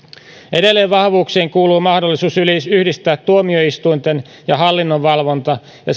edelleen vahvuuksiin kuuluu mahdollisuus yhdistää tuomioistuinten ja hallinnon valvonta ja